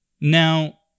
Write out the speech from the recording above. Now